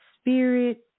spirit